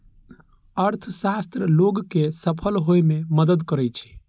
अर्थशास्त्र लोग कें सफल होइ मे मदति करै छै